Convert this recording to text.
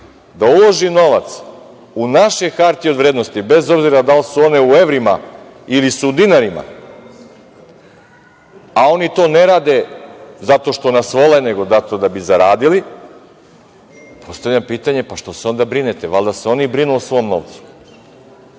da uloži novac u naše hartije od vrednosti, bez obzira da li su one u evrima ili su u dinarima, a oni to ne rade zato što nas vole, nego zato da bi zaradili, postavljam pitanje – što se onda brinete? Valjda se oni brinu o svom novcu.